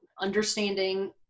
understanding